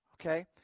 Okay